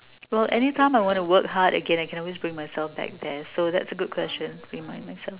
well anytime I want to work hard again I can always bring myself back there so that's a good question to remind myself